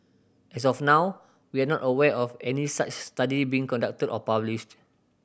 as of now we are not aware of any such study being conducted or published